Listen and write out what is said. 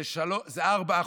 זה 4%,